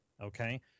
Okay